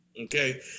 Okay